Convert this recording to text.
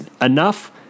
enough